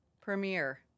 Premiere